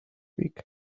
week